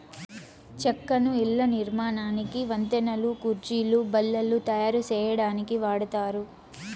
చెక్కను ఇళ్ళ నిర్మాణానికి, వంతెనలు, కుర్చీలు, బల్లలు తాయారు సేయటానికి వాడతారు